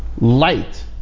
Light